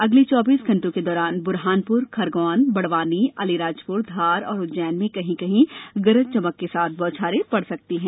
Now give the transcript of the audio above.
अगले चौबीस घंटों के दौरान बुरहानपुर खरगौर बड़वानीआलीराजपुर धार और उज्जैन में कहीं कहीं गरज चमक के साथ बौछारें पड़ सकती हैं